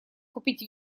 купить